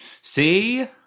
See